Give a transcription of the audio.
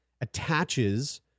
attaches